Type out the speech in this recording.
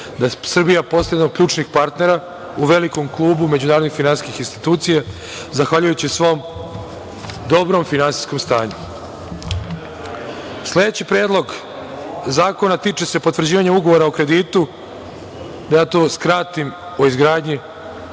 da Srbija postaje jedan od ključnih partnera u velikom klubu međunarodnih finansijskih institucija zahvaljujući svom dobrom finansijskom stanju. Sledeći Predlog zakona tiče se potvrđivanja Ugovora o kreditu, da to skratim, o izgradnji